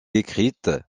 écrite